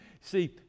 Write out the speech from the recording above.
See